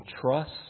trust